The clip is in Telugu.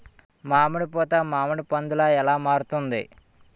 మామిడి పూత మామిడి పందుల ఎలా మారుతుంది?